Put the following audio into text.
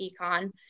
econ